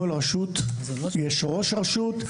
לכל רשות יש ראש רשות,